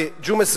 וג'ומס,